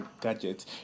gadgets